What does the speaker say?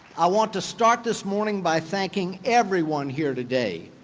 i want to start this morning by thanking everyone here today,